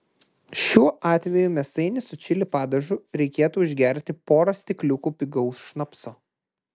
šiuo atveju mėsainį su čili padažu reikėtų užgerti pora stikliukų pigaus šnapso